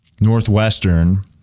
Northwestern